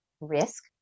risk